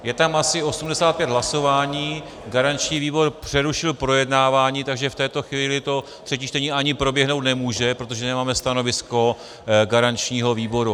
Je tam asi 85 hlasování, garanční výbor přerušil projednávání, takže v této chvíli třetí čtení ani proběhnout nemůže, protože nemáme stanovisko garančního výboru.